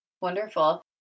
Wonderful